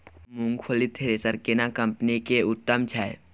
मूंगफली थ्रेसर केना कम्पनी के उत्तम छै?